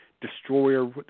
destroyer